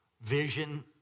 vision